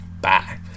bye